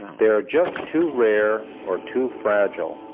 they are just too rare or too fragile.